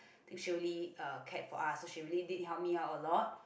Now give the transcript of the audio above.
she really um cared or us so she really did help me out a lot